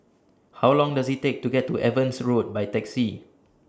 How Long Does IT Take to get to Evans Road By Taxi